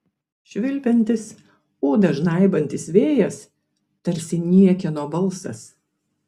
švilpiantis odą žnaibantis vėjas tarsi niekieno balsas